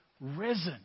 risen